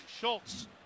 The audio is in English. Schultz